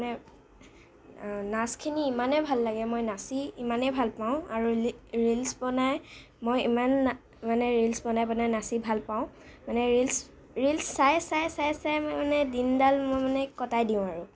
মানে নাচখিনি ইমানে ভাল লাগে মই নাচি ইমানে ভালপাওঁ আৰু ৰি ৰিলচ বনাই মই ইমান মানে মই ৰিলচ বনাই বনাই নাচি ভালপাওঁ মানে ৰিলচ ৰিলচ চাই চাই চাই চাই মই মানে দিনডাল মই মানে কটাই দিওঁ আৰু